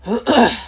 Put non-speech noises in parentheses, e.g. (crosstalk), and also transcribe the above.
(noise)